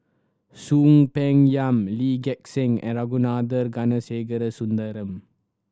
Soon Peng Yam Lee Gek Seng and Ragunathar Kanagasuntheram